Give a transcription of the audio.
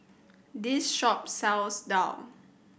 this shop sells daal